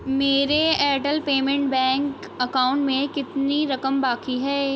میرے Airtel payment bank account میں کتنی رقم باقی ہے